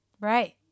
Right